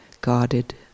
guarded